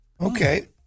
Okay